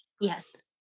Yes